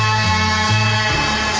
i